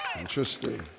Interesting